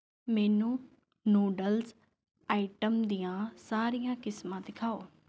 ਮੈਨੂੰ noodles item ਦੀਆਂ ਸਾਰੀਆਂ ਕਿਸਮਾਂ ਦਿਖਾਓ